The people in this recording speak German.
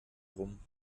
rum